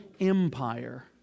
empire